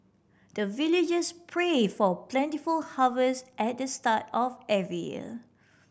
the villagers pray for plentiful harvest at the start of every year